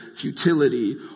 futility